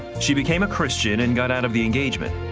she became a christian and got out of the engagement.